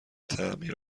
تعمیر